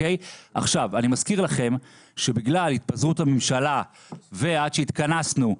אני מזכיר לכם שבגלל התפזרות הממשלה ועד שהתכנסנו,